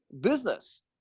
business